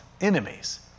enemies